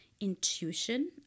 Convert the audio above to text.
intuition